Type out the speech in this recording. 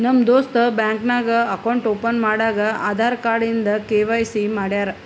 ನಮ್ ದೋಸ್ತ ಬ್ಯಾಂಕ್ ನಾಗ್ ಅಕೌಂಟ್ ಓಪನ್ ಮಾಡಾಗ್ ಆಧಾರ್ ಕಾರ್ಡ್ ಇಂದ ಕೆ.ವೈ.ಸಿ ಮಾಡ್ಯಾರ್